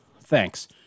Thanks